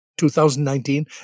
2019